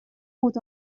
بود